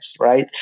right